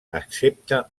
excepte